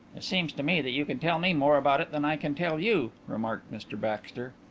it seems to me that you can tell me more about it than i can tell you, remarked mr baxter.